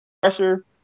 Pressure